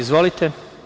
Izvolite.